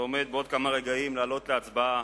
ועומד בעוד כמה רגעים לעלות להצבעה,